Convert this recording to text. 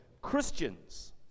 Christians